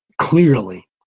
Clearly